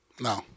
No